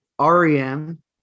REM